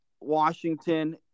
Washington